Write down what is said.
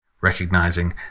recognizing